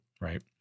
right